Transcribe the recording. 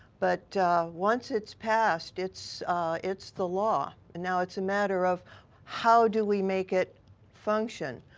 but once it's passed, it's it's the law. and now, it's a matter of how do we make it function?